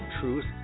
Truth